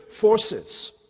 forces